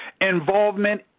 involvement